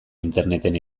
interneten